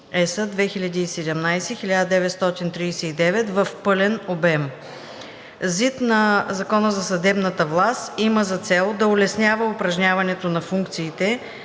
(ЕС) 2017/1939 в пълен обем. ЗИД на Закона за съдебната власт има за цел да улеснява упражняването на функциите